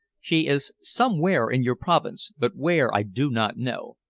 she is somewhere in your province, but where i do not know.